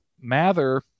Mather